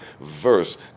verse